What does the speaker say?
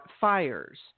fires